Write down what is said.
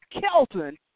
Kelton